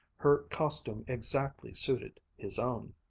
her costume exactly suited his own.